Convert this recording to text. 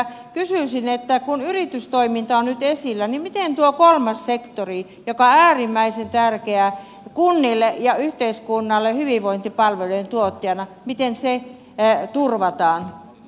minä ajattelin että kysyisin että kun yritystoiminta on nyt esillä niin miten turvataan tuo kolmas sektori joka on äärimmäisen tärkeä kunnille ja yhteiskunnalle hyvinvointipalvelujen tuottajana miten se ei näy turvataan